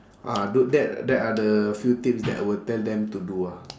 ah tho~ that that are the few tips that I will tell them to do ah